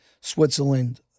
Switzerland